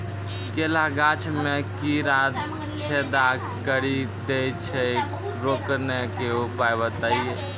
केला गाछ मे कीड़ा छेदा कड़ी दे छ रोकने के उपाय बताइए?